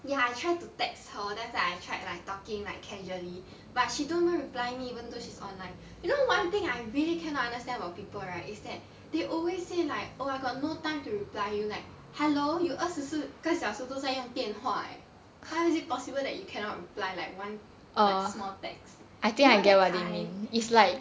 ya I try to text her then after I tried like talking like casually but she don't even reply me even though she's online you know one thing I really cannot understand about people right is that they always say like oh I got no time to reply you like hello you 二十四个小时都在用电话 eh why is it possible that you cannot reply like one like small text you know that kind